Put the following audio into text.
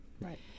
Right